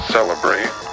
Celebrate